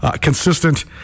consistent